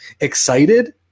excited